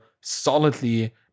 solidly